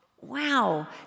wow